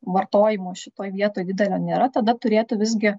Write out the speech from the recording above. vartojimo šitoj vietoj didelio nėra tada turėtų visgi